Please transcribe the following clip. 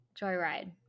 Joyride